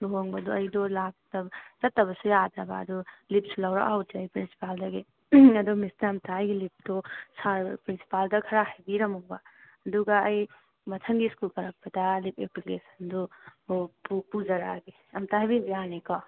ꯂꯨꯍꯣꯡꯕꯗꯣ ꯑꯩꯗꯣ ꯂꯥꯛꯇꯕ ꯆꯠꯇꯕꯁꯨ ꯌꯥꯗꯕ ꯑꯗꯣ ꯂꯤꯚꯁꯨ ꯂꯧꯔꯛꯍꯧꯗ꯭ꯔꯦ ꯄ꯭ꯔꯤꯟꯁꯤꯄꯥꯜꯗꯒꯤ ꯑꯗꯣ ꯃꯤꯁꯅ ꯑꯝꯇ ꯑꯩꯒꯤ ꯂꯤꯚꯇꯨ ꯁꯥꯔ ꯄ꯭ꯔꯤꯟꯁꯤꯄꯥꯜꯗ ꯈꯔ ꯍꯥꯏꯅꯕꯤꯔꯝꯃꯨꯕ ꯑꯗꯨꯒ ꯑꯩ ꯃꯊꯪꯒꯤ ꯁ꯭ꯀꯨꯜ ꯀꯥꯔꯛꯄꯗ ꯂꯤꯚ ꯑꯦꯄ꯭ꯂꯤꯀꯦꯁꯟꯗꯨ ꯄꯨꯖꯔꯛꯑꯒꯦ ꯑꯝꯇ ꯍꯥꯏꯕꯤꯕ ꯌꯥꯅꯤꯀꯣ